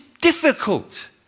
difficult